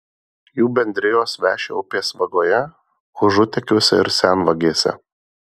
jų bendrijos veši upės vagoje užutekiuose ir senvagėse